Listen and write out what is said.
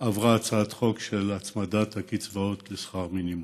עברה הצעת חוק להצמדת הקצבאות לשכר מינימום.